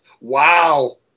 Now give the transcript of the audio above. Wow